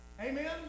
Amen